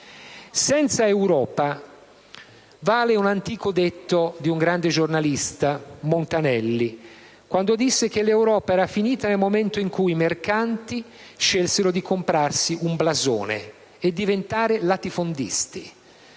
Senza Europa - vale quanto affermò di un grande giornalista, Montanelli, che disse che l'Europa era finita nel momento in cui i mercanti scelsero di comprarsi un blasone e diventare latifondisti